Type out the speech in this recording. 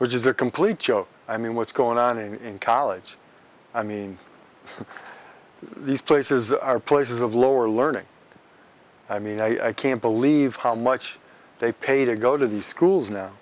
which is a complete joke i mean what's going on in college i mean these places are places of lower learning i mean i can't believe how much they pay to go to these schools now